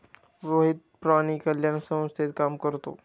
रोहित प्राणी कल्याण संस्थेत काम करतो